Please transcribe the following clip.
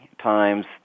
Times